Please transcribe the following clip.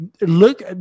look